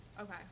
Okay